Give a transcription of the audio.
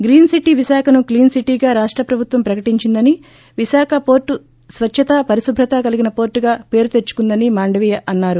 green city విశాఖను clean సిటీగా రాష్ట ప్రభుత్వం ప్రకటించిందని విశాఖ పోర్టు స్వచ్చత పరిశుభ్రత కలిగిన పోర్టుగా పేరు తెచ్చుకొందని మాండవీయ అన్నారు